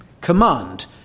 Command